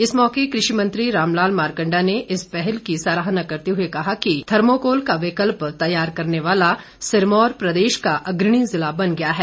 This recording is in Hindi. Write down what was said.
इस मौके कृषि मंत्री रामलाल मार्कण्डा ने इस पहल की सराहना करते हुए कहा कि थर्मोकोल का विकल्प तैयार करने वाला सिरमौर प्रदेश का अग्रणी जिला बन गया है